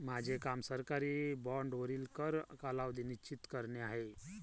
माझे काम सरकारी बाँडवरील कर कालावधी निश्चित करणे आहे